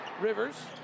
Rivers